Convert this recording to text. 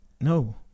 no